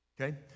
Okay